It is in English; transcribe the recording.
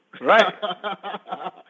Right